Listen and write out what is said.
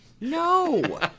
no